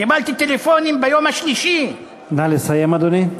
קיבלתי טלפונים ביום השלישי, נא לסיים, אדוני.